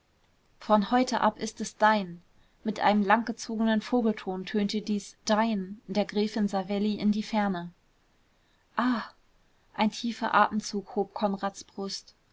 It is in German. von heute ab ist es dein mit einem langgezogenen vogelton tönte dies dein der gräfin savelli in die ferne ah ein tiefer atemzug hob konrads brust